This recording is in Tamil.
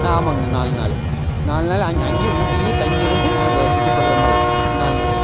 ஆ ஆமாங்கண்ணா நாலு நாள் நாலு நாள் அங் அங்கேயே ஊட்டிலியே தங்கியிருந்து அந்த சுற்றி பார்க்குற மாதிரி நாலு நாள்